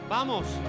Vamos